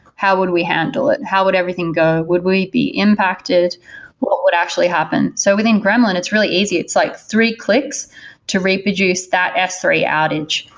how would we handle it? how would everything go? would we be impacted? what would actually happen? so within gremlin, it's really easy. it's like three clicks to reproduce that s three outage.